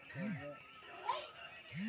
কিসিকাজের ছব গুলা বিষয় যেই অথ্থলিতি থ্যাকে